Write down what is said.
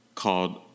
called